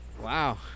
Wow